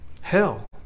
hell